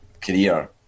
career